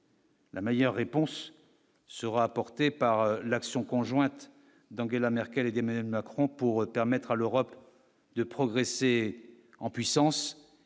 La meilleure réponse sera apportée par l'action conjointe d'Angela Merkel et des mêmes Macron pour permettre à l'Europe de progresser en puissance